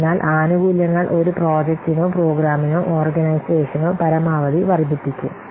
അതിനാൽ ആനുകൂല്യങ്ങൾ ഒരു പ്രോജക്റ്റിനോ പ്രോഗ്രാമിനോ ഓർഗനൈസേഷനോ പരമാവധി വർദ്ധിപ്പിക്കും